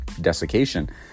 desiccation